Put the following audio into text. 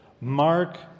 Mark